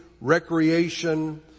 recreation